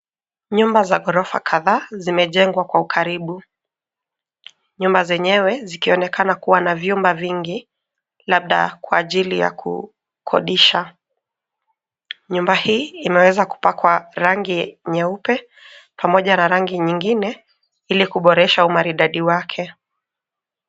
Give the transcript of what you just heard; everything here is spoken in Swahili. Nyumba za ghorofa kadhaa zimejengwa kwa ukaribu. Nyumba zenyewe zikionekana kuwa na vyumba vingi labda kwa ajili ya kukodisha. Nyumba hii imeweza kupakwa rangi nyeupe pamoja na rangi nyingine ili kuboresha umaridadi wake.